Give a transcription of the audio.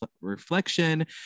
reflection